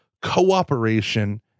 cooperation